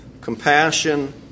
compassion